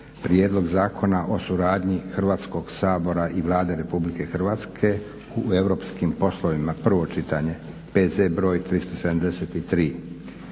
Prijedlog Zakona o suradnji Hrvatskoga Sabora i Vlade Republike Hrvatske u europskim poslovima, prvo čitanje, PZ br. 373